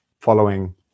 following